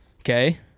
okay